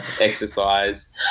exercise